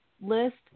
list